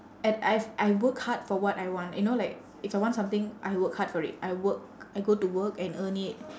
and I've I work hard for what I want you know like if I want something I work hard for it I work I go to work and earn it